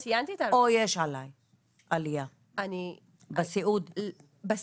או יש עלייה בסיעוד?